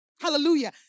Hallelujah